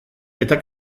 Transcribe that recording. eta